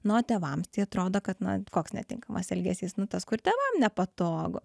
na o tėvams tai atrodo kad na koks netinkamas elgesys nu tas kur tėvam nepatogu